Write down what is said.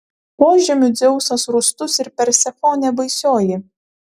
požemių dzeusas rūstus ir persefonė baisioji